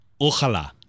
Ojalá